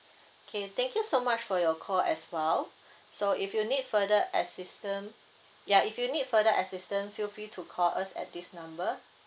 K thank you so much for your call as well so if you need further assistant yup if you need further assistant feel free to call us at this number